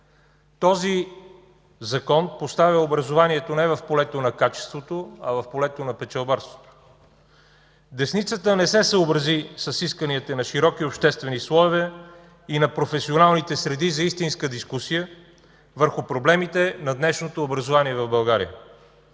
Този Закон поставя образованието не в полето на качеството, а в полето на печалбарството. Десницата не се съобрази с исканията на широки обществени слоеве и на професионалните среди за истинска дискусия върху проблемите на днешното образование в България.